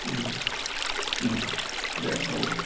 दे औ